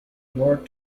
nor